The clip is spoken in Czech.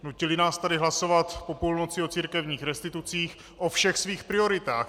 Nutili nás tady hlasovat po půlnoci o církevních restitucích, o všech svých prioritách.